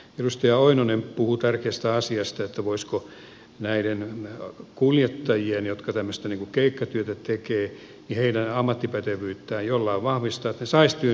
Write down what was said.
edustaja oinonen puhui tärkeästä asiasta että voisiko näiden kuljettajien jotka tämmöistä keikkatyötä tekevät ammattipätevyyttä jollain vahvistaa että he saisivat työn syrjästä kiinni